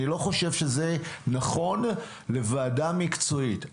אני לא חושב שזה נכון לוועדה מקצועית.